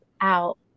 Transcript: out